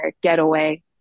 getaway